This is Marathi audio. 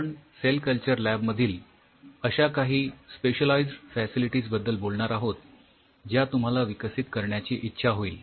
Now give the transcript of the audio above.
आपण सेल कल्चर लॅब मधील अश्या काही स्पेशलाईझ्ड फॅसिलिटीज बद्दल बोलणार आहोत ज्या तुम्हाला विकसित करण्याची इच्छा होईल